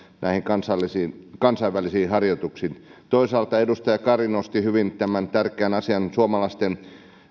näihin kansainvälisiin kansainvälisiin harjoituksiin toisaalta edustaja kari nosti hyvin tärkeän asian suomalaisten